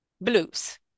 blues